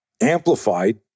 amplified